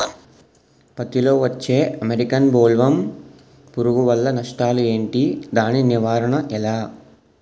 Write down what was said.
పత్తి లో వచ్చే అమెరికన్ బోల్వర్మ్ పురుగు వల్ల నష్టాలు ఏంటి? దాని నివారణ ఎలా?